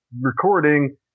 recording